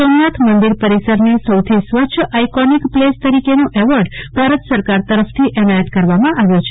સોમનાથ મંદિર પરિસરને સૌથી સ્વચ્છ આઈકોનિક પ્લેસ તરીકેનો એવોર્ડ ભારત સરકાર તરફથી એનાયત કરવામાં આવ્યો છે